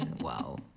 Wow